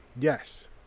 yes